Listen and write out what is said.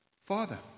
Father